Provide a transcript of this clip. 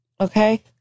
Okay